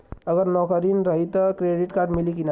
अगर नौकरीन रही त क्रेडिट कार्ड मिली कि ना?